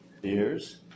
Beers